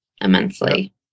immensely